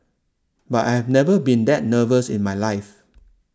but I've never been that nervous in my life